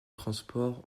transport